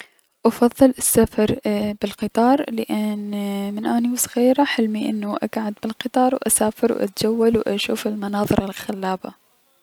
افضل السفر ايي- بالقطار لأن من اني و صغيرة حلمي اني اكعد بالقطار و اسافر اتجول و اشوف المناظر الخلابة.